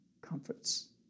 comforts